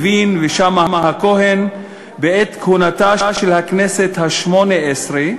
לוין ושאמה-הכהן בעת כהונתה של הכנסת השמונה-עשרה,